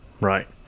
Right